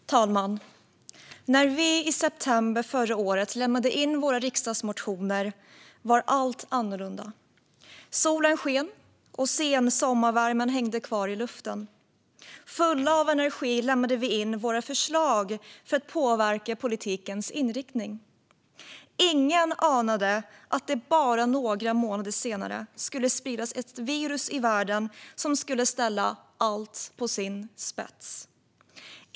Fru talman! När vi i september förra året lämnade in våra riksdagsmotioner var allt annorlunda. Solen sken, och sensommarvärmen hängde kvar i luften. Fulla av energi lämnade vi in våra förslag för att påverka politikens inriktning. Ingen anade att det bara några månader senare skulle spridas ett virus i världen som skulle ställa allt på sin spets.